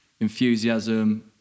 enthusiasm